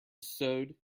sewed